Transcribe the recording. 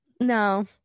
no